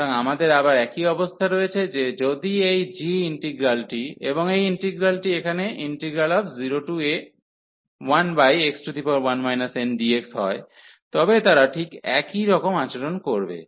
সুতরাং আমাদের আবার একই অবস্থা রয়েছে যে যদি এই g ইন্টিগ্রালটি এবং এই ইন্টিগ্রালটি এখানে 0a1x1 ndx হয় তবে তারা ঠিক একই রকম আচরণ করবে